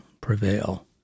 prevail